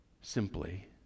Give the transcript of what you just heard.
simply